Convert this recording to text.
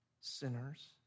sinners